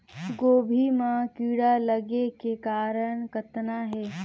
गोभी म कीड़ा लगे के कारण कतना हे?